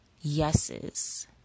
yeses